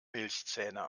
milchzähne